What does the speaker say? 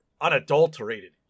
unadulterated